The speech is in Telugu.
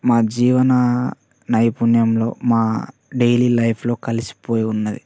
మా జీవన నైపుణ్యంలో మా డెయిలీ లైఫులో కలిసిపోయి ఉన్నది